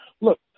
Look